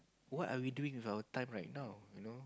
what are we doing with our time right now you know